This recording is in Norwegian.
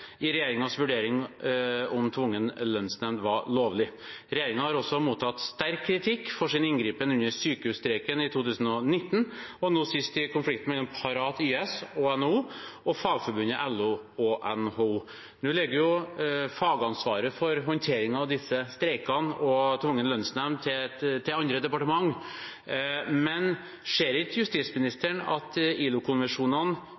i regjeringens vurdering av om tvungen lønnsnemnd var lovlig. Regjeringen har også mottatt sterk kritikk for sin inngripen under sykehusstreiken i 2019, og nå sist i konflikten mellom Parat/YS og NHO og Fagforbundet/LO og NHO. Nå ligger jo fagansvaret for håndteringen av disse streikene og tvungen lønnsnemnd til andre departementer, men